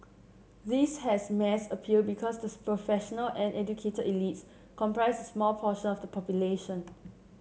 this has mass appeal because the professional and educated elites comprise small portion of the population